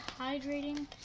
hydrating